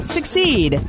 Succeed